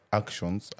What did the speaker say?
actions